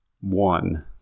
one